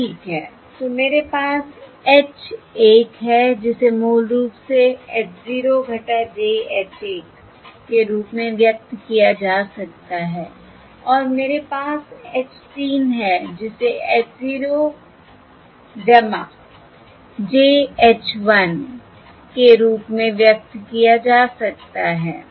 सब ठीक है तो मेरे पास H 1 है जिसे मूल रूप से h 0 - j h 1 के रूप में व्यक्त किया जा सकता है और मेरे पास H 3 है जिसे h 0 j h 1 के रूप में व्यक्त किया जा सकता है